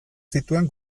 zituen